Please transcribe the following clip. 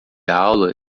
aula